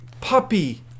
puppy